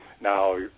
Now